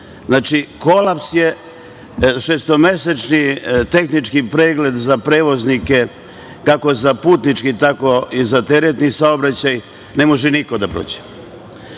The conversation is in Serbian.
znate. Znači, kolaps je. Šestomesečni tehnički pregled za prevoznike, kako za putničke, tako i za teretni saobraćaj ne može niko da prođe.